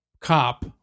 cop